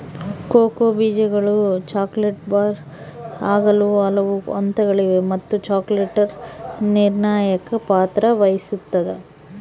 cocoa ಬೀಜಗಳು chocolate bar ಆಗಲು ಹಲವು ಹಂತಗಳಿವೆ ಮತ್ತು ಚಾಕೊಲೇಟರ್ ನಿರ್ಣಾಯಕ ಪಾತ್ರ ವಹಿಸುತ್ತದ